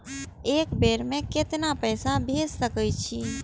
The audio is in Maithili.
एक बेर में केतना पैसा भेज सके छी?